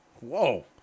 Whoa